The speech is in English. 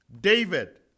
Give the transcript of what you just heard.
David